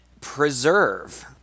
preserve